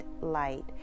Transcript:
light